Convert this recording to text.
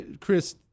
Chris